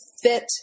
fit